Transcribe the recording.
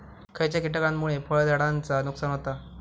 खयच्या किटकांमुळे फळझाडांचा नुकसान होता?